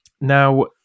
Now